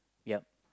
yup